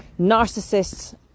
narcissists